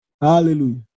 Hallelujah